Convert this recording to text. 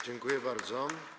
Dziękuję bardzo.